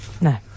No